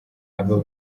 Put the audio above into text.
aba